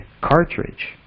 cartridge